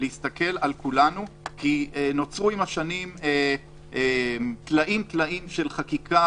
להסתכל על כולנו כי נוצרו עם השנים טלאים טלאים של חקיקה